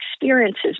experiences